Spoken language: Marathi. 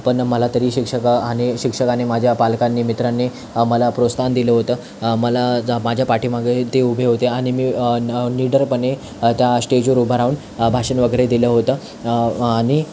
पण मला तरी शिक्षिका आणि शिक्षक आणि माझ्या पालकांनी मित्रांनी आम्हाला प्रोत्साहन दिलं होतं मला माझ्या पाठीमागेही ते उभे होते आणि मी निडरपणे त्या स्टेजवर उभा राहून भाषण वगैरे दिले होतं आणि